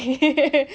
I think ya